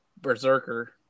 Berserker